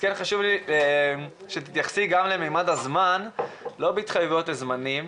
חשוב לי שתתייחסי לממד הזמן לא בהתחייבות הזמנים,